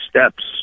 steps